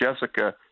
Jessica